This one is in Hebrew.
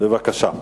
בבקשה.